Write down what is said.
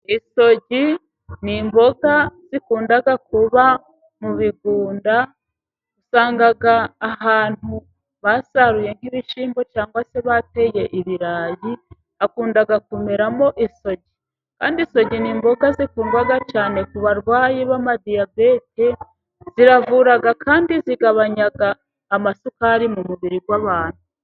Isogi ni imboga zikunda kuba mu bigunda. Usanga ahantu basaruye nk’ibishyimbo, cyangwa se bateye ibirayi, hakunda kumeramo isogi. Kandi isogi ni imboga zikundwa cyane ku barwayi ba diyabete. Ziravura, kandi zigabanya isukari mu mubiri w’abantu.